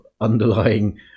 underlying